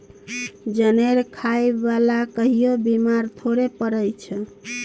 जनेर खाय बला कहियो बेमार थोड़े पड़ैत छै